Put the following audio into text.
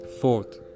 Fourth